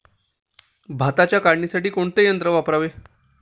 भाताच्या काढणीसाठी कोणते यंत्र वापरावे?